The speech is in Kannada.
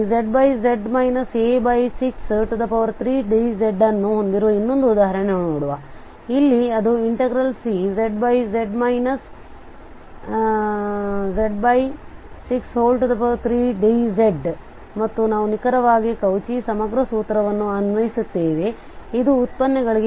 Cz z 63dz ಅನ್ನು ಹೊಂದಿರುವ ಇನ್ನೊಂದು ಉದಾಹರಣೆ ನೋಡುವ ಆದ್ದರಿಂದ ಇಲ್ಲಿ ಅದು Cz z 63dz ಮತ್ತು ನಾವು ನಿಖರವಾಗಿ ಕೌಚಿ ಸಮಗ್ರ ಸೂತ್ರವನ್ನು ಅನ್ವಯಿಸುತ್ತೇವೆ ಇದು ಉತ್ಪನ್ನಗಳಿಗೆderivatives